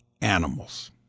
animals